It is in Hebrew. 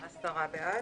עשרה בעד.